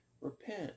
repent